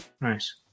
Nice